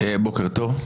בוקר טוב.